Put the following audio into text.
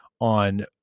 on